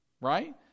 right